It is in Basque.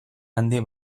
handi